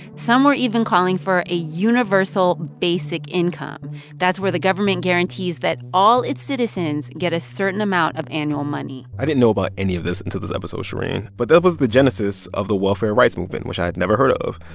some were even calling for a universal basic income that's where the government guarantees that all its citizens get a certain amount of annual money i didn't know about any of this until this episode, shereen. but that was the genesis of the welfare rights movement, which i had never heard of.